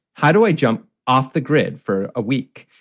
how do i jump off the grid for a week?